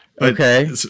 Okay